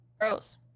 Gross